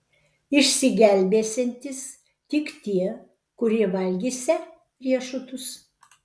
išsigelbėsiantys tik tie kurie valgysią riešutus